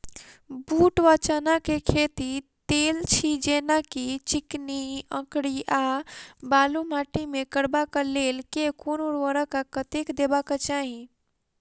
बूट वा चना केँ खेती, तेल छी जेना की चिकनी, अंकरी आ बालू माटि मे करबाक लेल केँ कुन उर्वरक आ कतेक देबाक चाहि?